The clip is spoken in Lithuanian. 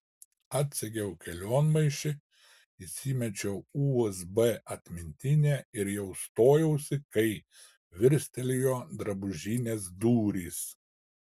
atsegiau kelionmaišį įsimečiau usb atmintinę ir jau stojausi kai virstelėjo drabužinės durys